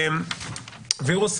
וירוס,